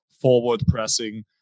forward-pressing